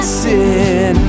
sin